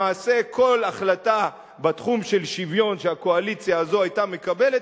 למעשה כל החלטה בתחום של שוויון שהקואליציה הזאת היתה מקבלת,